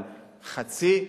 אבל חצי,